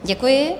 Děkuji.